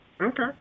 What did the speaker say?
Okay